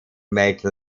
make